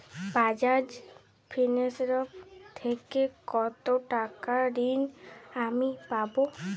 বাজাজ ফিন্সেরভ থেকে কতো টাকা ঋণ আমি পাবো?